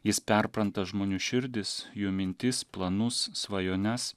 jis perpranta žmonių širdis jų mintis planus svajones